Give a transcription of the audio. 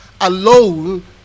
alone